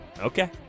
Okay